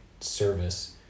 service